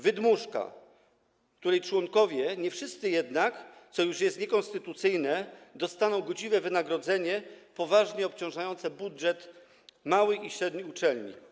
Wydmuszka, której członkowie - nie wszyscy jednak, co już jest niekonstytucyjne - dostaną godziwe wynagrodzenie, poważnie obciążające budżet małych i średnich uczelni.